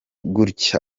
gutya